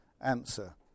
answer